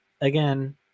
again